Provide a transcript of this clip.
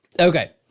Okay